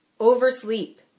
Oversleep